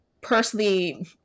personally